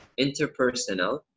interpersonal